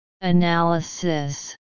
Analysis